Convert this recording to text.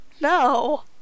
No